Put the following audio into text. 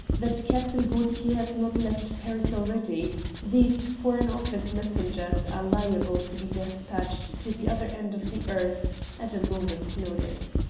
that captain gaultier has not left paris already these foreign office messengers are liable to be despatched to the other end of the earth at a moment's notice.